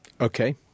Okay